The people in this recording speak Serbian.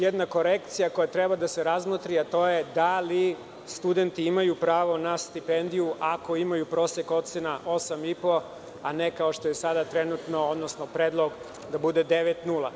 Jedna korekcija koja treba da se razmotri, a to je da li studenti imaju pravo na stipendiju ako imaju prosek ocena osam i po, a ne kao što je sada trenutno, odnosno predlog da bude 9,0?